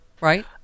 Right